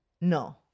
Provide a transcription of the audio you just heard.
No